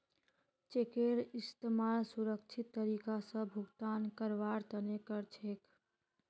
चेकेर इस्तमाल सुरक्षित तरीका स भुगतान करवार तने कर छेक